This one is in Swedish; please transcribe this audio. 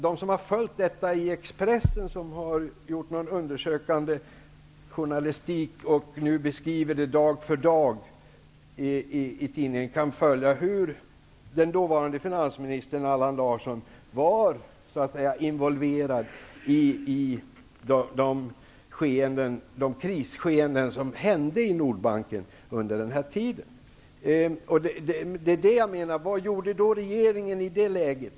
De som följt detta i Expressen, som undersökt det hela och nu beskriver det dag för dag i tidningen, kan läsa hur den dåvarande finansministern Allan Larsson var involverad i de krisskeende som förekom i Nordbanken under den här tiden. Vad gjorde regeringen i det läget?